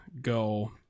go